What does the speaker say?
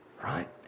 right